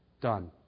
done